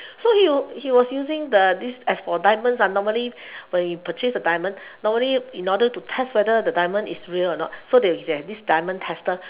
so he was he was using the this as for diamonds ah normally when you purchase the diamond normally in order to test whether the diamond is real or not so they'll they have this diamond tester